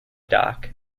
dock